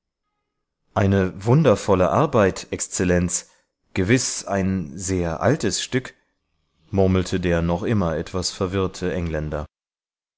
eine wundervolle arbeit exzellenz gewiß ein sehr altes stück murmelte der noch immer etwas verwirrte engländer